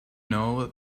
know